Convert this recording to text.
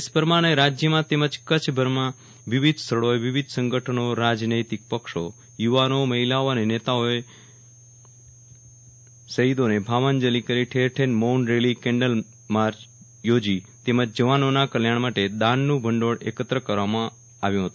દેશ ભરમાં અને રાજયમાં તેમજ કચ્છ ભરમાં વિવિધ સ્થળોએ વિવિધ સંગઠો રાજનૈતિક પક્ષો યુવાનો મહિલાઓ અને નેતાઓએ આપી ભાવાજંલી ઠેર ઠેર મૌન રેલી કેન્ડલ માર્ચ યોજાઈ તેમજ જવાનોના કલ્યાણ માટે દાનનું ભંડોળ એકત્ર કરવામાં આવી રહ્યુ છે